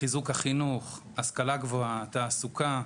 חיזוק החינוך, השכלה גבוהה, תעסוקה.